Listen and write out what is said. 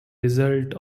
result